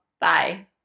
Bye